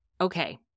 Okay